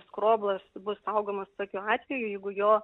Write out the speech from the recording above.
skroblas bus saugomas tokiu atveju jeigu jo